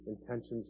intentions